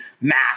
math